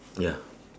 ya